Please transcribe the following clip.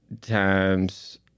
times